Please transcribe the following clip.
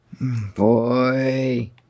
Boy